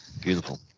Beautiful